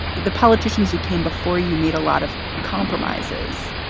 the politicians who came before you made a lot of compromises.